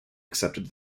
accepted